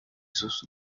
sus